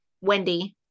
Wendy